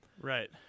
right